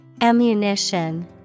Ammunition